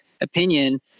opinion